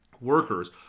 workers